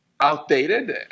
outdated